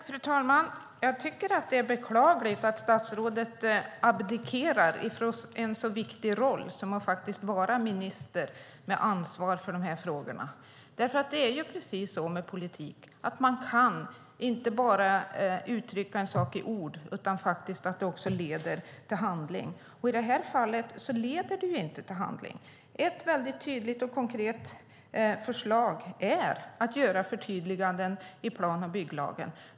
Fru talman! Jag tycker att det är beklagligt att statsrådet abdikerar från en så viktig roll som att vara minister med ansvar för de här frågorna. Med politik är det så att man inte bara kan uttrycka en sak i ord utan att det leder till handling. I detta fall leder det ju inte till handling. Ett väldigt tydligt och konkret förslag är att göra förtydliganden i plan och bygglagen.